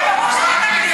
זה ברור שזה תקדים.